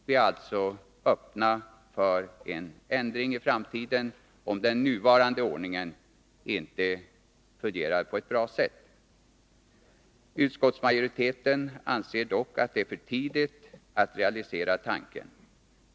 Vi är alltså öppna för en ändring i framtiden, om den nuvarande ordningen inte visar sig fungera på ett bra sätt. Utskottsmajoriteten anser dock att det är för tidigt att realisera tanken.